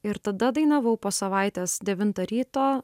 ir tada dainavau po savaitės devintą ryto